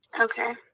Okay